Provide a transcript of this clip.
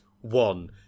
one